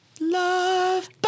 Love